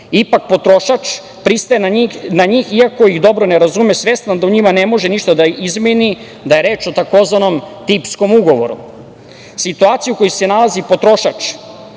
Ipak, potrošač pristaje na njih iako ih dobro ne razume, svesno da u njima ne može ništa da izmeni, da je reč o tzv. tipskom ugovoru. Situacija u kojoj se nalazi potrošač